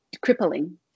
crippling